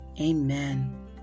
Amen